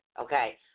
Okay